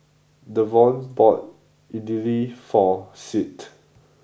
Davon bought Idili for Sid